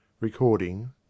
Recording